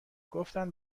گفتن